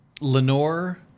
Lenore